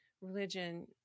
religion